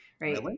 right